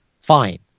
fine